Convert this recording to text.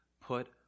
put